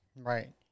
Right